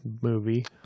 movie